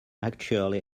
actually